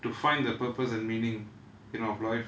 to find the purpose and meaning in our life